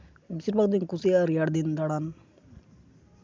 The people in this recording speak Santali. ᱵᱮᱥᱤᱨ ᱵᱷᱟᱜᱽ ᱫᱩᱧ ᱠᱩᱥᱤᱭᱟᱜᱼᱟ ᱨᱮᱭᱟᱲ ᱫᱤᱱ ᱫᱟᱬᱟᱱ